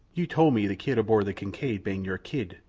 you tole me the kid aboard the kincaid ban your kid.